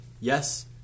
yes